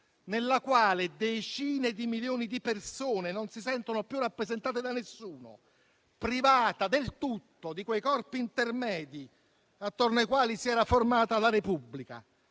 nella quale decine di milioni di persone non si sentono più rappresentate da nessuno, privata del tutto di quei corpi intermedi attorno ai quali si era formata la Repubblica,